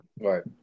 Right